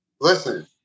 listen